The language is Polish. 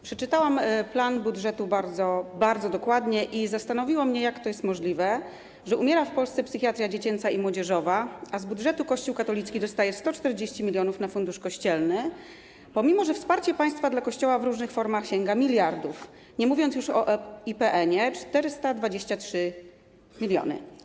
Przeczytałam plan budżetu bardzo, bardzo dokładnie i zastanowiło mnie, jak to jest możliwe, że umiera w Polsce psychiatria dziecięca i młodzieżowa, a z budżetu Kościół katolicki dostaje 140 mln na Fundusz Kościelny, mimo że wsparcie państwa dla Kościoła w różnych formach sięga miliardów, nie mówiąc już o IPN-ie - 423 mln.